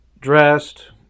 dressed